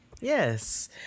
Yes